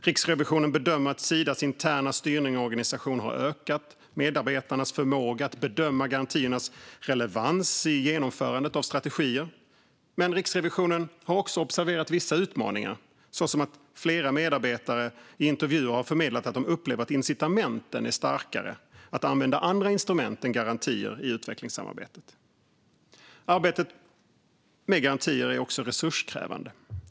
Riksrevisionen bedömer att Sidas interna styrning och organisation har ökat medarbetarnas förmåga att bedöma garantiernas relevans i genomförandet av strategier. Men Riksrevisionen har också observerat vissa utmaningar, såsom att flera medarbetare i intervjuer har förmedlat att de upplever att incitamenten är starkare att använda andra instrument än garantier i utvecklingssamarbetet. Arbetet med garantier är också resurskrävande.